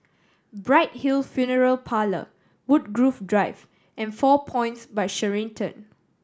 Bright Hill Funeral Parlour Woodgrove Drive and Four Points By Sheraton